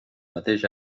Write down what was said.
mateix